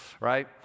right